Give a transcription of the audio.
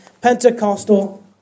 Pentecostal